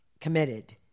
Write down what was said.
committed